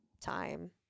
time